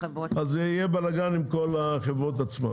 יהיה בלגן עם כל החברות עצמן.